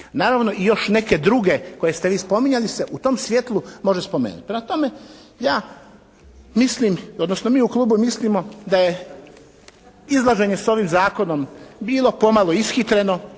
Naravno i još neke druge koje ste vi spominjali ste u tom svjetlu može spomenuti. Prema tome ja mislim, odnosno mi u klubu mislimo da je izlaženje sa ovim zakonom bilo pomalo ishitreno,